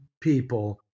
people